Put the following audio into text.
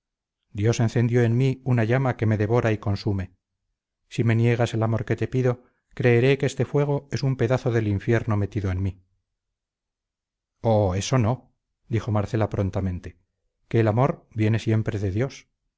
dios encendió en mí una llama que me devora y consume si me niegas el amor que te pido creeré que este fuego es un pedazo del infierno metido en mí oh eso no dijo marcela prontamente que el amor viene siempre de dios